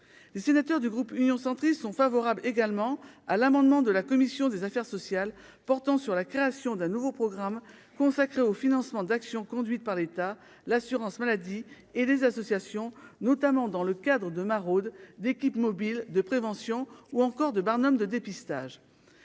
les sénateurs du groupe Union centriste sont favorables également à l'amendement de la commission des affaires sociales portant sur la création d'un nouveau programme consacré au financement d'actions conduites par l'État, l'assurance maladie et les associations, notamment dans le cadre de maraudes d'équipes mobiles de prévention ou encore de barnomes, de dépistage,